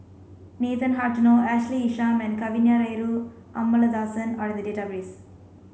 Nathan Hartono Ashley Isham and Kavignareru Amallathasan are in the database